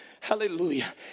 Hallelujah